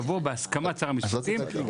יבוא בהסכמת שר המשפטים".